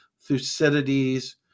Thucydides